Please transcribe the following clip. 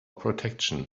protection